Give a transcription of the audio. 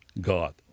God